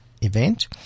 event